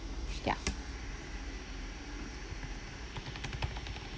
ya